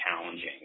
challenging